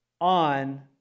on